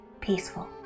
peaceful